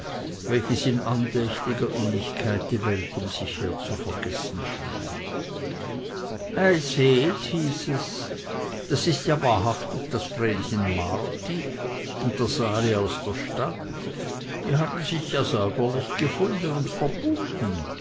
welches in andächtiger innigkeit die welt um sich her zu vergessen schien ei seht hieß es das ist ja wahrhaftig das vrenchen marti und der sali aus der stadt die haben sich ja säuberlich gefunden und verbunden